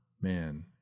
man